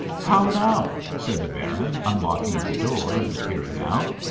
how now? said the baron, unlocking the door and peering out.